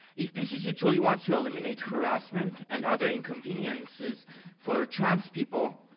if pcc truly wants to eliminate harassment and other inconveniences for trans people,